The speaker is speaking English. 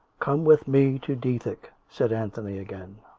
come with me to dethick! said anthony again.